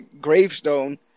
gravestone